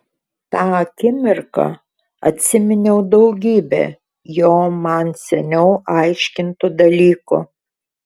tą akimirką atsiminiau daugybę jo man seniau aiškintų dalykų